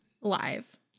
live